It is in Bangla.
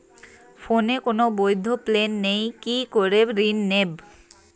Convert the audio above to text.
ফোনে কোন বৈধ প্ল্যান নেই কি করে ঋণ নেব?